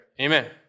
Amen